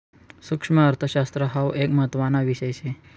सुक्ष्मअर्थशास्त्र हाउ एक महत्त्वाना विषय शे